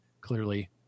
clearly